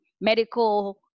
medical